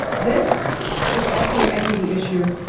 this is also an equity issue.